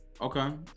Okay